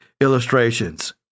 illustrations